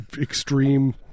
extreme